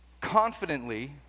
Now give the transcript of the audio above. confidently